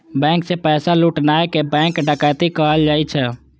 bank सं पैसा लुटनाय कें बैंक डकैती कहल जाइ छै